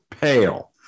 pale